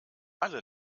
alle